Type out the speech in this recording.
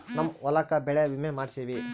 ನಮ್ ಹೊಲಕ ಬೆಳೆ ವಿಮೆ ಮಾಡ್ಸೇವಿ